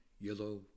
yellow